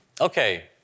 Okay